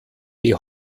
die